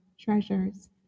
treasures